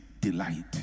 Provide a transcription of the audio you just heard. delight